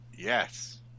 Yes